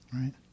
right